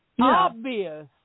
obvious